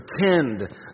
pretend